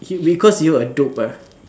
you you cause you a dope lah